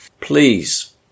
please